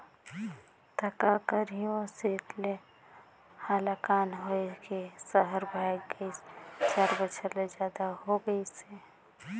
त का करही ओ सेठ ले हलाकान होए के सहर भागय गइस, चार बछर ले जादा हो गइसे